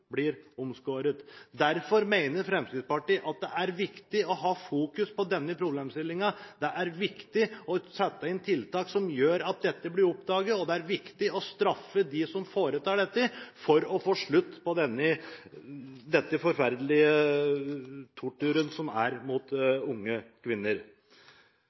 blir omskåret. Derfor mener Fremskrittspartiet at det er viktig å fokusere på denne problemstillingen. Det er viktig å sette inn tiltak som gjør at dette blir oppdaget, og det er viktig å straffe dem som foretar dette, for å få slutt på denne forferdelige torturen mot unge kvinner.